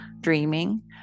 dreaming